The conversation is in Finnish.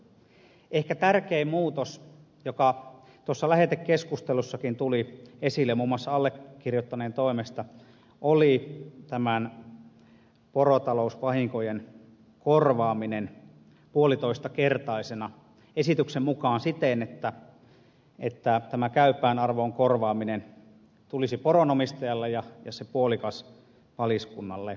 ehkä tärkein muutos joka tuossa lähetekeskustelussakin tuli esille muun muassa allekirjoittaneen toimesta oli porotalousvahinkojen korvaaminen puolitoistakertaisena esityksen mukaan siten että tämä käypään arvoon korvaaminen tulisi poronomistajalle ja se puolikas paliskunnalle